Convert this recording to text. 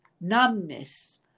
numbness